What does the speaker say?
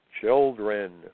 children